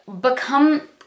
become